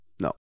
No